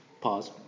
Pause